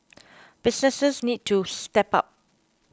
businesses need to step up